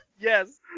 Yes